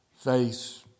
face